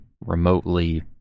remotely